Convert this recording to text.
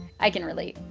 i can relate.